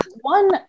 one